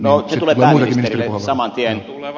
no se tulee pääministerille saman tien